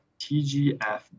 TGF